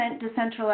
decentralized